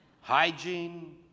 hygiene